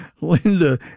Linda